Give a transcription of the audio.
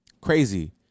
Crazy